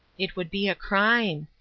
it would be a crime.